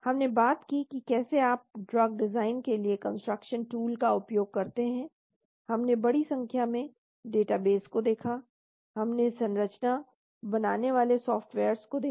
हमने बात की कि कैसे आप ड्रग डिज़ाइन के लिए कम्प्यूटेशन टूल का उपयोग करते हैं हमने बड़ी संख्या में डेटाबेस को देखा हमने संरचना बनाने वाले सॉफ्टवेयर्स को देखा